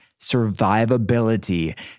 survivability